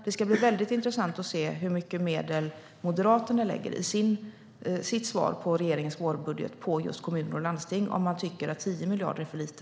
Det ska bli intressant att se hur mycket medel Moderaterna lägger i sitt svar på regeringens vårbudget på just kommuner och landsting om man tycker att 10 miljarder är för lite.